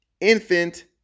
infant